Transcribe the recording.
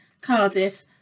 Cardiff